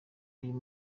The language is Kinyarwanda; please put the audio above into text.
uyu